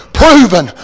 proven